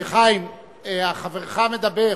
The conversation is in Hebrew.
חיים, חברך מדבר.